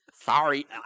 Sorry